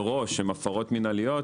הפרות מינהליות מראש,